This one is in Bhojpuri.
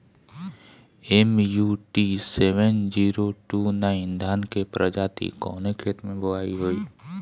MUT seven zero two nine धान के प्रजाति कवने खेत मै बोआई होई?